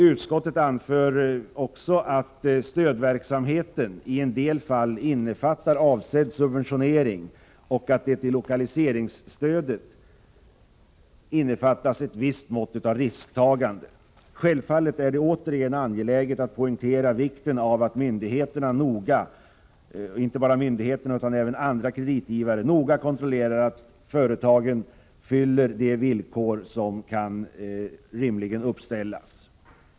Utskottet anför också att stödverksamheten i en del fall innefattar avsedd subventionering och att lokaliseringsstödet inrymmer ett visst mått av risktagande. Självfallet är det angeläget att återigen poängtera vikten av att myndigheter och även andra kreditgivare noga kontrollerar att företagen uppfyller de villkor som rimligen kan uppställas.